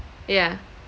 yeah